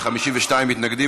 52 מתנגדים,